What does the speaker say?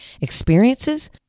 experiences